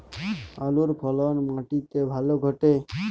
আলুর ফলন মাটি তে ভালো ঘটে?